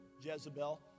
Jezebel